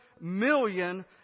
million